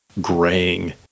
graying